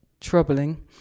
troubling